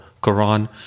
Qur'an